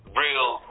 real